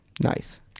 Nice